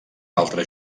altres